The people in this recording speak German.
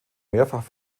mehrfach